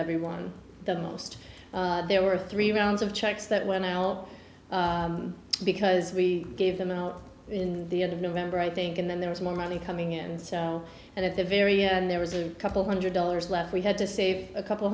everyone the most there were three rounds of checks that when al because we gave them out in the end of november i think and then there was more money coming in and at the very end there was a couple hundred dollars left we had to save a couple